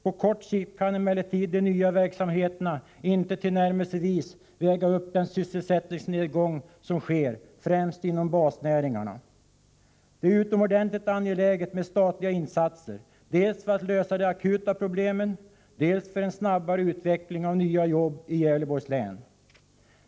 På kort sikt kan emellertid de nya verksamheterna inte tillnärmelsevis väga upp den sysselsättningsnedgång som sker, främst inom basnäringarna. Det är utomordentligt angeläget med statliga insatser, dels för att lösa de akuta problemen, dels för en snabbare utveckling av nya jobb i Gävleborgs län.